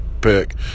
pick